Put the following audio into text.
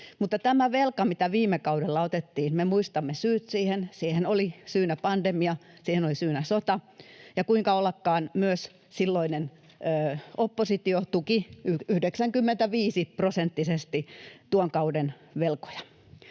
syyt siihen velkaan, mitä viime kaudella otettiin. Siihen oli syynä pandemia, siihen oli syynä sota, ja kuinka ollakaan, myös silloinen oppositio tuki 95-prosenttisesti tuon kauden velkoja.